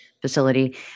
facility